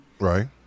Right